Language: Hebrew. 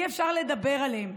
אי-אפשר לדבר עליהם?